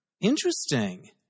interesting